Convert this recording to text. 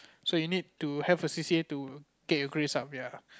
so you need to have a C_C_A to get your grades up ya